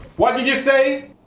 what did you say?